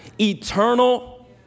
Eternal